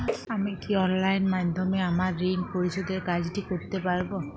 আমি কি অনলাইন মাধ্যমে আমার ঋণ পরিশোধের কাজটি করতে পারব?